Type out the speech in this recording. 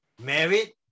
Married